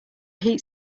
heat